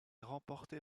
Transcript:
remportée